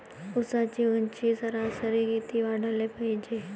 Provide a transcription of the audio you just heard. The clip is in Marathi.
ऊसाची ऊंची सरासरी किती वाढाले पायजे?